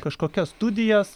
kažkokias studijas